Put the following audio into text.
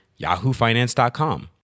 yahoofinance.com